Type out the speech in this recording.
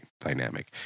dynamic